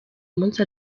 munsi